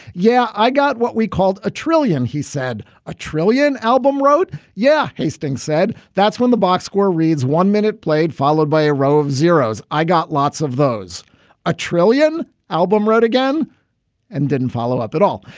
yeah, i got what we called a trillion. he said a trillion album wrote. yeah. hastings said that's when the box score reads one minute, played followed by a row of zeros. i got lots of those a trillion album wrote again and didn't follow up at all.